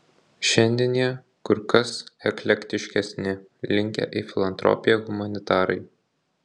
šiandien jie kur kas eklektiškesni linkę į filantropiją humanitarai